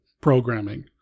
programming